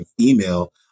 email